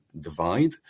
divide